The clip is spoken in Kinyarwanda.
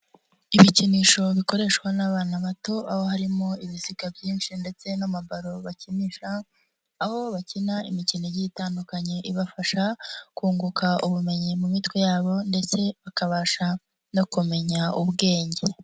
Ibikinisho bikoreshwa n'abana batoaho harimo ibiziga byinshi ndetse n'amabaro bakinisha aho bakina imikino itandukanye bakabafasha kunguka ubumenyi mu mitwe yabo ndetse bakabasha no kumenya ubwenge.